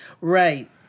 Right